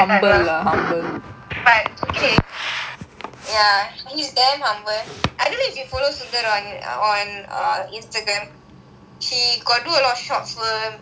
but okay ya he is damn humble I don't know if you follow sundra on err Instagram he got do a lot of short film it is quite nice lah